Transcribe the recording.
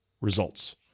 results